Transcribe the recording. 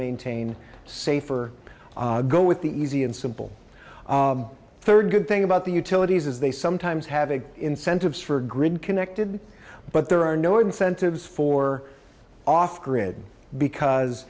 maintain safer go with the easy and simple third good thing about the utilities as they sometimes have a incentives for grid connected but there are no incentives for off grid because